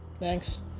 thanks